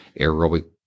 aerobic